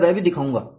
मैं वह भी दिखाऊंगा